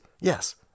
Yes